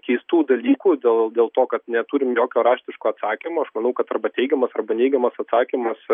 keistų dalykų dėl dėl to kad neturim jokio raštiško atsakymo aš manau kad arba teigiamas arba neigiamas atsakymas